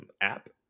app